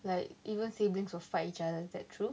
like even siblings will fight each other is that true